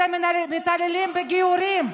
אתם מתעללים בגיורים.